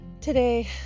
today